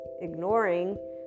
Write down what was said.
ignoring